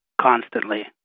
constantly